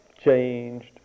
changed